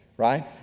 Right